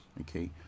Okay